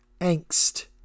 angst